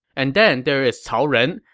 and then there is cao ren,